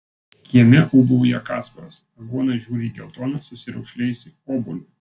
kieme ūbauja kasparas aguona žiūri į geltoną susiraukšlėjusį obuolį